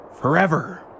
Forever